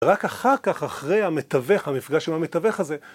רק אחר כך, אחרי המתווך, המפגש עם המתווך הזה,